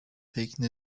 taken